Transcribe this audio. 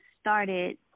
started